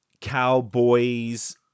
cowboys